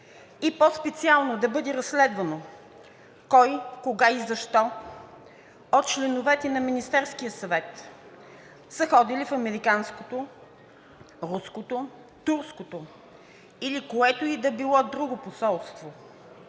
и по-специално да бъде разследвано кой, кога и защо от членовете на Министерския съвет са ходили в американското, руското, турското или което и да било друго посолство?